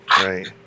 Right